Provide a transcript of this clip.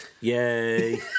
Yay